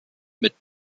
mit